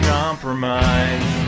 compromise